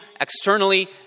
externally